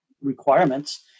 requirements